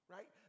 Right